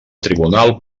tribunal